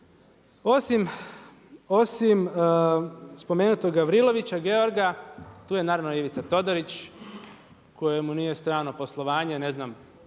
Osim spomenutog Gavrilovića Georga tu je naravno i Ivica Todorić kojemu nije strano poslovanje. Ne znam